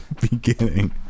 beginning